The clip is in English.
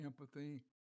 empathy